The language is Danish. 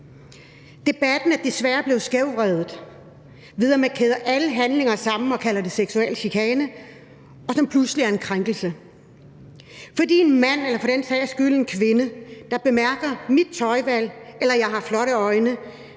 Debatten er desværre blevet skævvredet, ved at man kæder alle handlinger sammen og kalder det seksuel chikane, så det pludselig er en krænkelse, når en mand eller for den sags skyld en kvinde bemærker mit tøjvalg, eller at jeg har flotte øjne.